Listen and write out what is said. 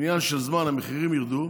עניין של זמן, המחירים ירדו.